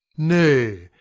nay,